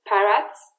Pirates